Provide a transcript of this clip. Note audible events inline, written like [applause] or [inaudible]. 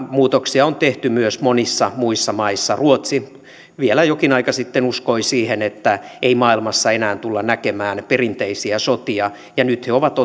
muutoksia on tehty myös monissa muissa maissa ruotsi vielä jokin aika sitten uskoi siihen että ei maailmassa enää tulla näkemään perinteisiä sotia ja nyt he ovat [unintelligible]